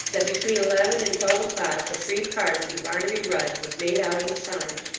that between eleven and twelve o'clock, a free pardon to barnaby rudge was made out and signed,